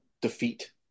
defeat